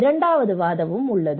இரண்டாவது வாதமும் உள்ளது